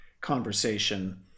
conversation